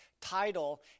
title